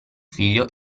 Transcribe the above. figlio